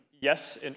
yes